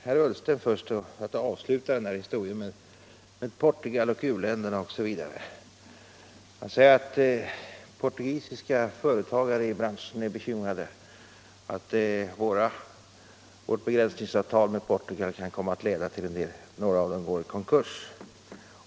Herr talman! För att avsluta debatten om Portugal och u-länderna vill jag först vända mig till herr Ullsten. Han sade att portugisiska företagare i branschen är bekymrade och att vårt begränsningsavtal med Portugal kan leda till att några av företagen går i konkurs.